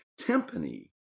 timpani